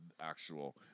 actual